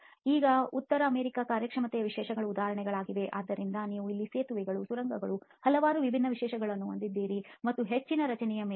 ಈಗ ಉತ್ತರ ಅಮೆರಿಕಾದ ಕಾರ್ಯಕ್ಷಮತೆಯ ವಿಶೇಷಣಗಳ ಉದಾಹರಣೆಗಳಾಗಿವೆ ಆದ್ದರಿಂದ ನೀವು ಇಲ್ಲಿ ಸೇತುವೆಗಳು ಮತ್ತು ಸುರಂಗಗಳಿಗಾಗಿ ಹಲವಾರು ವಿಭಿನ್ನ ವಿಶೇಷಣಗಳನ್ನು ಹೊಂದಿದ್ದೀರಿ ಮತ್ತು ಹೆಚ್ಚಿನ ರಚನೆಯ ಮೇಲೆ